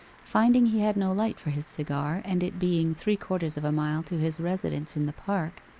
finding he had no light for his cigar, and it being three-quarters of a mile to his residence in the park,